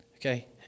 Okay